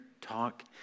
talk